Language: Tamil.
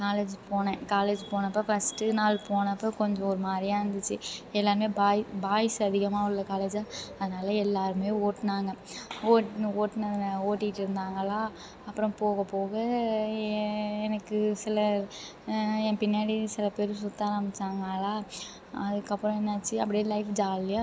காலேஜு போனேன் காலேஜ் போனப்போ பஸ்ட்டு நாள் போனப்போ கொஞ்சம் ஒரு மாதிரியா இருந்துச்சு எல்லோருமே பாய் பாய்ஸ் அதிகமாக உள்ள காலேஜா அதனால் எல்லோருமே ஓட்டினாங்க ஓட் ஓட்டினது ஓட்டிட்டு இருந்தாங்களா அப்புறம் போகப் போக எ எனக்கு சில என் பின்னாடி சில பேர் சுற்ற ஆரம்பித்தாங்களா அதுக்கப்புறம் என்னாச்சு அப்டியே லைஃப் ஜாலியாக